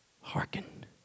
hearken